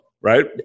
Right